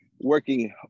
working